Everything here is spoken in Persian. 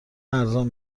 ارزان